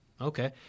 Okay